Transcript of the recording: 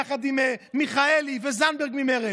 יחד עם מיכאלי וזנדברג ממרצ,